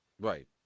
Right